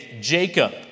Jacob